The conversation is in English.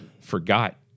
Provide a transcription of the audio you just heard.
forgot